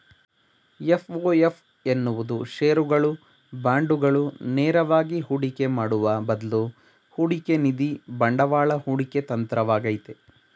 FOF ಎನ್ನುವುದು ಶೇರುಗಳು, ಬಾಂಡುಗಳು ನೇರವಾಗಿ ಹೂಡಿಕೆ ಮಾಡುವ ಬದ್ಲು ಹೂಡಿಕೆನಿಧಿ ಬಂಡವಾಳ ಹೂಡಿಕೆ ತಂತ್ರವಾಗೈತೆ